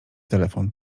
telefon